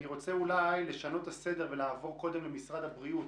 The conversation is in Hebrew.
אני מבקש לעבור למשרד הבריאות,